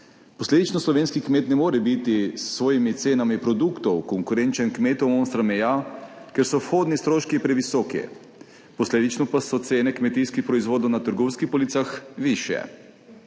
Posledično slovenski kmet ne more biti s svojimi cenami produktov konkurenčen kmetom onstran meja, ker so vhodni stroški previsoki, posledično pa so cene kmetijskih proizvodov na trgovskih policah višje,